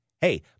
Hey